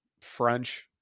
French